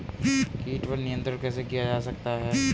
कीट पर नियंत्रण कैसे किया जा सकता है?